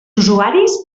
usuaris